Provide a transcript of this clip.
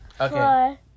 Okay